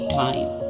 time